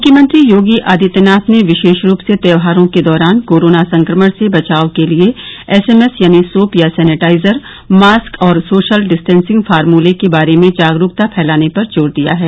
मुख्यमंत्री योगी आदित्यनाथ ने विशेष रूप से त्योहारों के दौरान कोरोना संक्रमण से बचाव के लिए एसएमएस यानी सोप या सेनिटाइजर मास्क और सोशल डिस्टॅसिंग फार्मले के बारे में जागरूकता फैलाने पर जोर दिया है